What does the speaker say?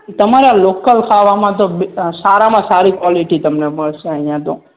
તમારે લોકલ ખાવામાં તો બી સારામાં સારી કોલેટી તમને મળશે અહીંયાં તો